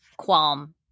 qualm